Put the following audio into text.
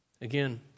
Again